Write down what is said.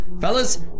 Fellas